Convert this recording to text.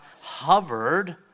hovered